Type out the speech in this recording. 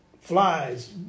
flies